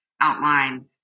outline